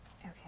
Okay